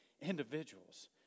individuals